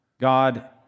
God